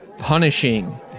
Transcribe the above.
Punishing